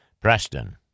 Preston